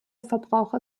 verbraucher